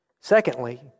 Secondly